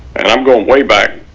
and i'm going way back,